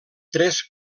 tres